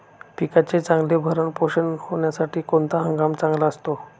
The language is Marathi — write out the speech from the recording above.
पिकाचे चांगले भरण पोषण होण्यासाठी कोणता हंगाम चांगला असतो?